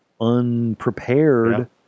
unprepared